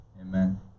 amen